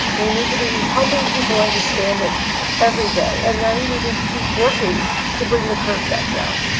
we need to be helping people understand it every day. and then we need to keep working to bring the curve back down.